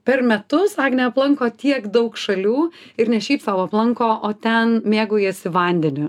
per metus agnė aplanko tiek daug šalių ir ne šiaip sau aplanko o ten mėgaujasi vandeniu